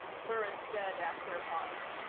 burris said after a pause.